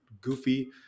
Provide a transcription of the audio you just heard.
goofy